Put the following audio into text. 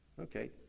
Okay